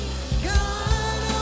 God